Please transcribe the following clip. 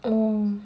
oh